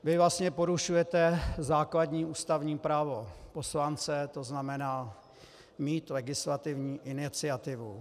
Vy vlastně porušujete základní ústavní právo poslance, to znamená mít legislativní iniciativu.